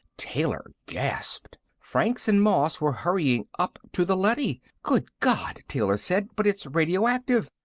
taylor gasped franks and moss were hurrying up to the leady! good god! taylor said. but it's radioactive!